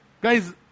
Guys